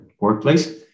workplace